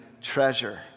treasure